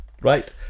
right